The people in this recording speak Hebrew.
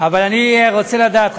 אבל אני רוצה לדעת,